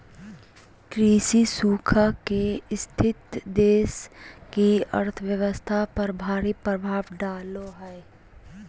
कृषि सूखा के स्थिति देश की अर्थव्यवस्था पर भारी प्रभाव डालेय हइ